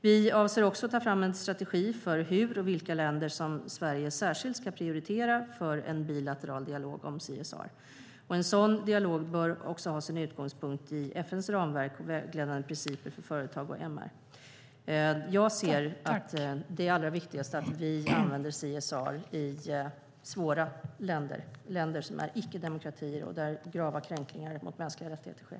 Vi avser också att ta fram en strategi för hur Sverige ska föra bilaterala dialoger om CSR och vilka länder vi då särskilt ska prioritera. En sådan dialog bör ha sin utgångspunkt i FN:s ramverk och vägledande principer för företag och MR. Jag ser det som allra viktigast att vi använder CSR i svåra länder, länder som är icke-demokratier och där grava kränkningar mot mänskliga rättigheter sker.